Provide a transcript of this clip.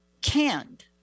canned